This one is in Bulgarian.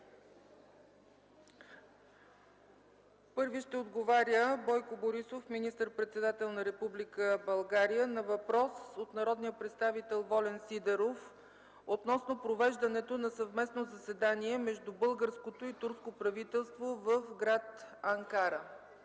Първи ще отговаря Бойко Борисов – министър-председател на Република България, на въпрос от народния представител Волен Сидеров – относно провеждането на съвместно заседание на българското и турското правителство в град Анкара.